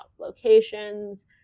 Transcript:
locations